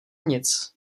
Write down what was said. nic